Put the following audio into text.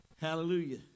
Hallelujah